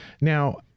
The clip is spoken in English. Now